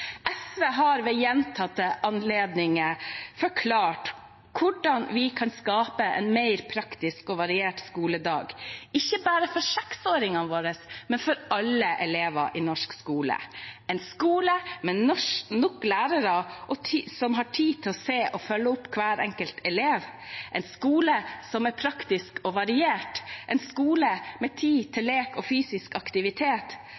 SV har ved gjentatte anledninger forklart hvordan vi kan skape en mer praktisk og variert skoledag, ikke bare for seksåringene våre, men for alle elever i norsk skole: en skole med nok lærere som har tid til å se og følge opp hver enkelt elev en skole som er praktisk og variert en skole med tid